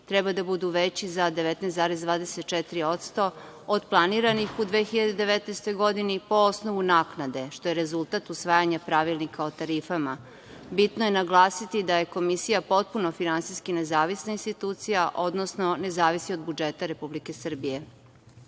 treba da budu veći za 19,24% od planiranih u 2019. godini po osnovu naknade, što je rezultat usvajanja pravilnika o tarifama. Bitno je naglasiti da je Komisija potpuno finansijski nezavisna institucija, odnosno ne zavisi od budžeta Republike